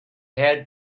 had